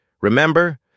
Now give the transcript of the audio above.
Remember